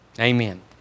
Amen